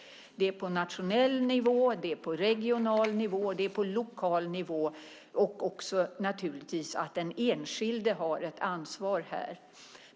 Det gäller nationell, regional och lokal nivå, och naturligtvis har också den enskilde ett ansvar.